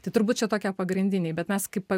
tai turbūt čia tokie pagrindiniai bet mes kaip